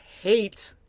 hate